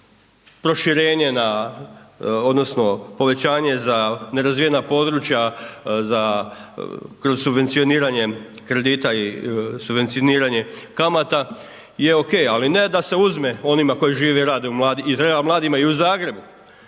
ovo proširenje na, odnosno povećanje na nerazvijena područja za kroz subvencioniranje kredita i subvencioniranje kamata je OK, ali ne da se uzme onima koji žive i rade. I treba mladima i u Zagrebu.